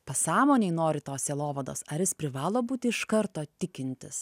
pasąmonėj nori tos sielovados ar jis privalo būti iš karto tikintis